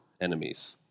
enemies